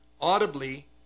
audibly